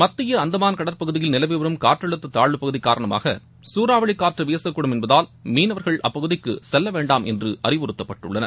மத்திய அந்தமாள் உற்பகுதியில் நிலவி வரும் காற்றமுத்த தாழ்வுப் பகுதி காரணமாக சூறாவளி காற்று வீசக்கூடும் என்பதால் மீனவர்கள் அப்பகுதிக்கு செல்ல வேண்டாம் என்று அறிவுறத்தப்பட்டுள்ளனர்